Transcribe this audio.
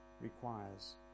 requires